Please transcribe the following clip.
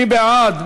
מי בעד?